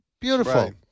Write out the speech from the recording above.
beautiful